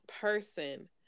person